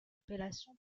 appellation